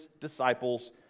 disciples